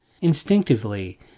Instinctively